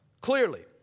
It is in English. clearly